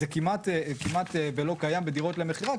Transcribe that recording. זה כמעט ולא קיים בדירות למכירה,